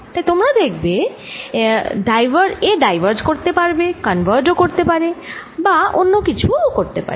তাই তোমরা দেখবে এ ডাইভার্জ করতে পারে কনভার্জ করতেও পারে বা অন্য কিছু করতে পারে